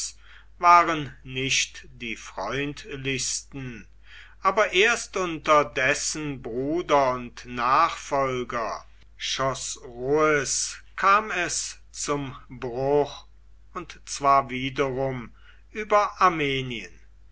waren nicht die freundlichsten aber erst unter dessen bruder und nachfolger chosroes kam es zum bruch und zwar wiederum über armenien